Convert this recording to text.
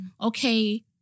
okay